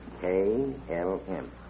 K-L-M